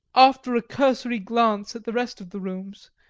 after a cursory glance at the rest of the rooms,